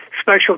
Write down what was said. special